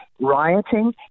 rioting